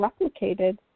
replicated